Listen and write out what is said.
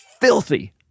filthy